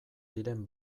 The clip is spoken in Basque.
diren